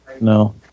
No